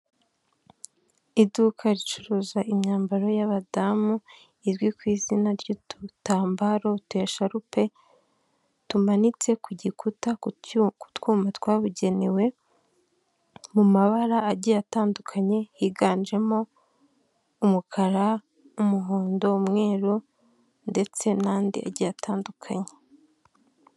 Iduka ricuruza imyambaro y'abadamu, izwi ku izina ry'udutambaro, utu esharupe tumanitse ku gikuta ku twumwa twabugenewe mu mabara agiye atandukanye, higanjemo umukara, umuhondo, umweru ndetse n'andi agiye atandukanye.